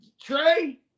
Trey